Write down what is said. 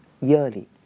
yearly